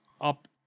up